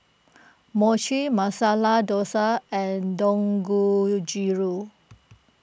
Mochi Masala Dosa and Dangojiru